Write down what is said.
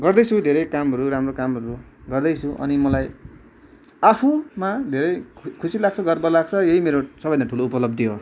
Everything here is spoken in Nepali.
गर्दैछु धेरै कामहरू राम्रो राम्रो कामहरू गर्दैछु अनि मलाई आफूमा धेरै खुसी लाग्छ गर्व लाग्छ यही मेरो सबभन्दा ठुलो उपलब्धि हो